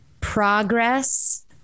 progress